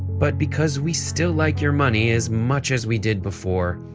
but because we still like your money as much as we did before,